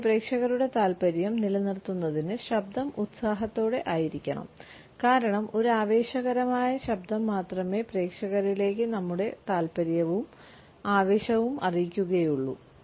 കൂടാതെ പ്രേക്ഷകരുടെ താൽപ്പര്യം നിലനിർത്തുന്നതിന് ശബ്ദം ഉത്സാഹത്തോടെ ആയിരിക്കണം കാരണം ഒരു ആവേശകരമായ ശബ്ദം മാത്രമേ പ്രേക്ഷകരിലേക്ക് ഞങ്ങളുടെ താൽപ്പര്യവും ആവേശവും അറിയിക്കുകയുള്ളൂ